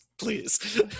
please